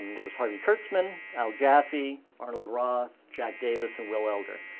and and it was harvey kurtzman, al jaffe, arnold roth, jack davis and will elder.